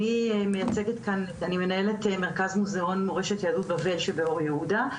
אני מנהלת מרכז מוזיאון מורשת יהדות בבל שבאור יהודה,